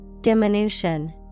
Diminution